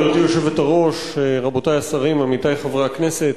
גברתי היושבת-ראש, רבותי השרים, עמיתי חברי הכנסת,